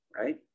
right